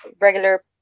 regular